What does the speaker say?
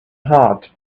heart